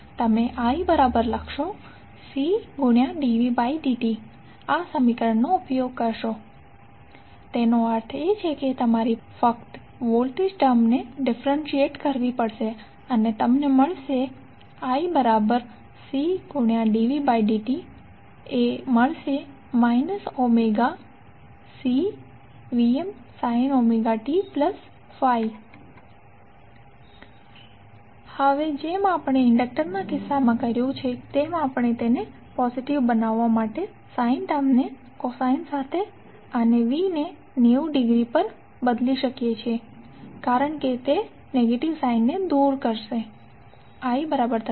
તમે iCdvdt આ સમીકરણનો ઉપયોગ કરશો તેનો અર્થ એ છે કે તમારે ફક્ત વોલ્ટેજ ટર્મને ડિફરંશિયેટ કરવી પડશે અને તમને મળશે iCdvdt ωCVmsin ωt∅ હવે જેમ આપણે ઇન્ડડક્ટરના કિસ્સામાં કર્યું છે તેમ આપણે તેને પોઝિટિવ બનાવવા માટે sine ટર્મને Cosine સાથે અને V ને 90 ડિગ્રી પર બદલી શકીએ છીએ કારણ કે નેગેટીવ સાઈન દૂર થઇ જશે